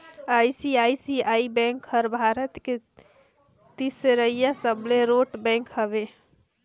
ICICI bank हर भारत के तीसरईया सबले रोट बेंक हवे